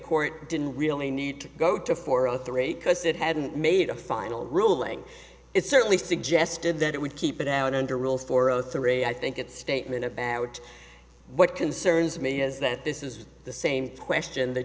court didn't really need to go to four or three because it hadn't made a final ruling it certainly suggested that it would keep it out under rules for zero three i think its statement about what concerns me is that this is the same question the